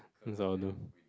cause I will know